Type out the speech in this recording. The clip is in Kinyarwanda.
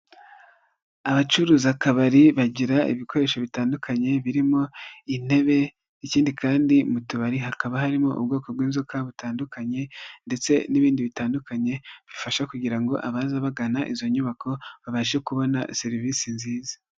Abacuruza akabari bagira ibikoresho bitandukanye birimo intebe, ikindi kandi mu tubari hakaba harimo ubwoko bw'inzoga butandukanye, ndetse n'ibindi bitandukanye bifasha kugira ngo abaza bagana izo nyubako babashe kubona serivisi nziza.